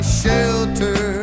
shelter